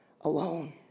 alone